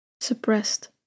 suppressed